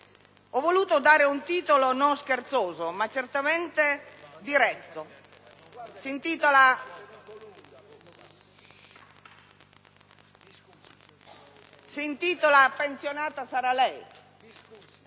ho voluto dare un titolo non scherzoso, ma certamente diretto. Si intitola "Pensionata sarà lei",